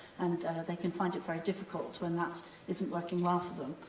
and they can find it very difficult when that isn't working well for them.